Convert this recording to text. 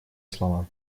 слова